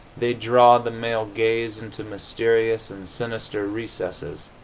they draw the male gaze into mysterious and sinister recesses.